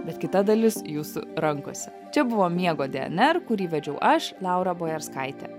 bet kita dalis jūsų rankose čia buvo miego dnr kurį vedžiau aš laura bojarskaitė